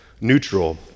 neutral